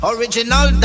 Original